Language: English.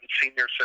senior